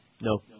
No